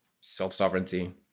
self-sovereignty